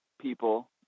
people